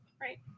Right